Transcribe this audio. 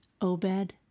Obed